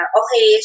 okay